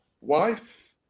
wife